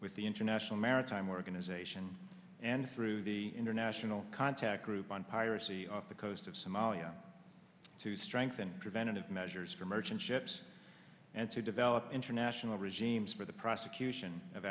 with the international maritime organization and through the international contact group on piracy off the coast of somalia to strengthen preventative measures for merchant ships and to develop international regimes for the prosecution of